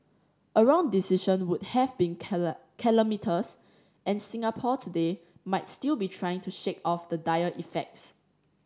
a wrong decision would have been calamitous and Singapore today might still be trying to shake off the dire effects